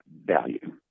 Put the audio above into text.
value